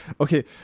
okay